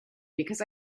because